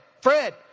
Fred